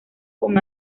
con